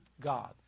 God